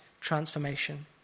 transformation